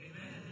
Amen